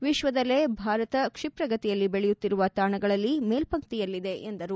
ವಿಶ್ವದಲ್ಲೇ ಭಾರತ ಕ್ಷಿಪ್ರಗತಿಯಲ್ಲಿ ಬೆಳೆಯುತ್ತಿರುವ ತಾಣಗಳಲ್ಲಿ ಮೇಲ್ಪಂಕ್ತಿಯಲ್ಲಿದೆ ಎಂದರು